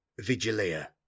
Vigilia